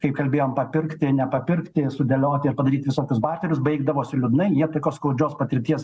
kaip kalbėjom papirkti nepapirkti sudėlioti ir padaryt visokius barterius baigdavosi liūdnai jie tokios skaudžios patirties